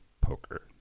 poker